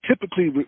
typically